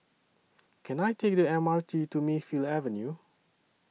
Can I Take The M R T to Mayfield Avenue